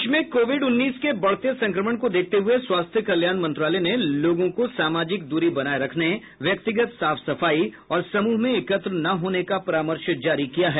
देश में कोविड उन्नीस के बढ़ते संक्रमण को देखते हुए स्वास्थ्य कल्याण मंत्रालय ने लोगों को सामाजिक दूरी बनाए रखने व्यक्तिगत साफ सफाई और समूह में एकत्र न होनेका परामर्श जारी किया है